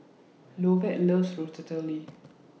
Lovett loves Ratatouille